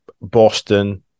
boston